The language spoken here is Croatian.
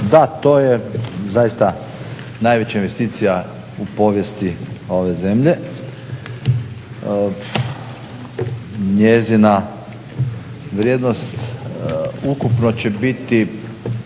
Da, to je zaista najveća investicija u povijesti ove zemlje. Njezina vrijednost ukupno će biti